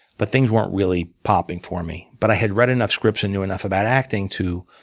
but things weren't really popping for me. but i had read enough scripts, and knew enough about acting, to